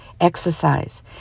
exercise